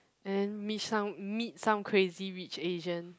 and meet some meet some Crazy Rich Asian